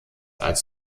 als